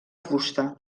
fusta